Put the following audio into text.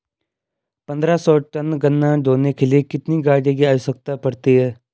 पन्द्रह सौ टन गन्ना ढोने के लिए कितनी गाड़ी की आवश्यकता पड़ती है?